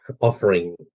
offering